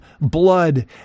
blood